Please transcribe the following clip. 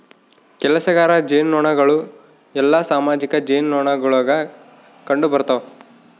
ಕೆಲಸಗಾರ ಜೇನುನೊಣಗಳು ಎಲ್ಲಾ ಸಾಮಾಜಿಕ ಜೇನುನೊಣಗುಳಾಗ ಕಂಡುಬರುತವ